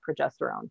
progesterone